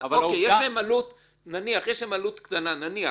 אבל העובדה --- יש להם עלות קטנה נניח,